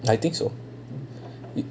I think so